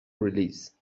release